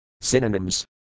Synonyms